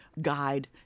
guide